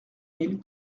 mille